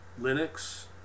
Linux